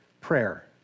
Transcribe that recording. prayer